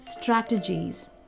strategies